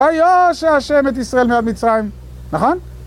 ויושע השם את ישראל מיד מצרים. נכון?